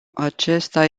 acesta